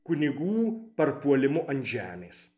kunigų parpuolimu ant žemės